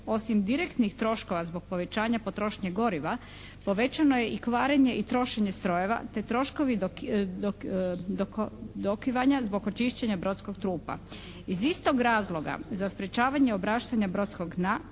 Osim direktnih troškova zbog povećanja potrošnje goriva, povećano je i kvarenje i trošenje strojeva te troškovi dokivanja zbog očišćenja brodskog trupa. Iz istog razloga za sprečavanje obraštanja brodskog dna